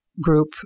group